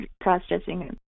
processing